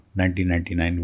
1999